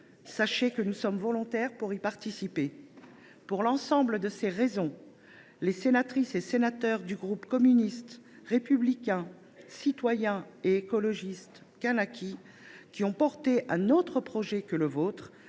Sachez que nous sommes volontaires pour y participer. Pour l’ensemble de ces raisons, les sénatrices et sénateurs du groupe Communiste Républicain Citoyen et Écologiste – Kanaky, qui ont défendu un autre projet que le vôtre